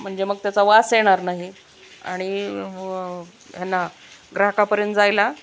म्हणजे मग त्याचा वास येणार नाही आणि ह्यांना ग्राहकापर्यंत जायला